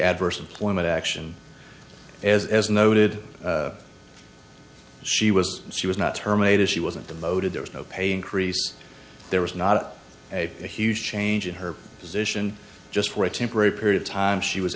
adverse employment action as noted she was she was not terminated she wasn't the motive there was no pay increase there was not a huge change in her position just for a temporary period of time she was